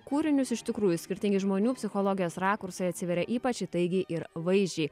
kūrinius iš tikrųjų skirtingi žmonių psichologijos rakursai atsiveria ypač įtaigiai ir vaizdžiai